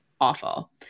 awful